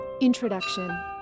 Introduction